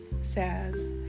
says